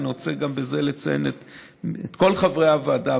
אני רוצה לציין בזה את כל חברי הוועדה,